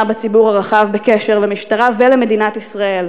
בציבור הרחב בקשר למשטרה ולמדינת ישראל,